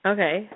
Okay